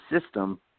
system